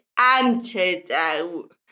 Antidote